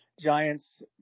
Giants